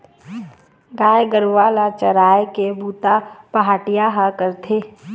गाय गरूवा ल चराए के बूता पहाटिया ह करथे